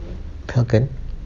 falcon